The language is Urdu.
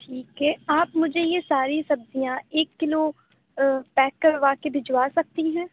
ٹھیک ہے آپ مجھے یہ ساری سبزیاں ایک کلو پیک کرواکے بھجوا سکتی ہیں